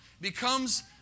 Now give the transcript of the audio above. becomes